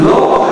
לא.